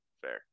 Fair